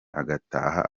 agataha